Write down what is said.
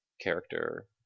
character